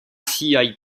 siaj